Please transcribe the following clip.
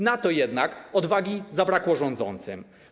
Na to jednak odwagi zabrakło rządzącym.